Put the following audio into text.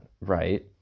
right